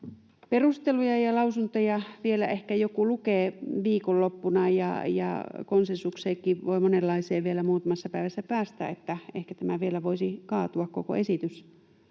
perusteluja ja lausuntoja vielä ehkä joku lukee viikonloppuna ja monenlaiseen konsensukseenkin voi vielä muutamassa päivässä päästä, niin ehkä tämä vielä voisi kaatua koko esitys.